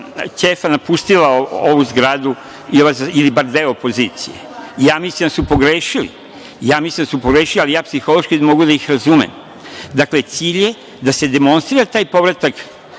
ćefa napustila ovu zgradu, ili bar deo opozicije. Ja mislim da su pogrešili, ali ja psihološki mogu da ih razumem. Dakle, cilj je da se demonstrira taj povratak